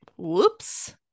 whoops